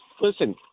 listen